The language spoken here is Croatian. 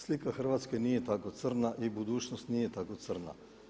Slika Hrvatske nije tako crna i budućnost nije tako crna.